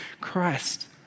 Christ